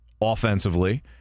offensively